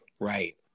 right